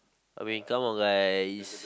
I mean kind of like is